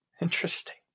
Interesting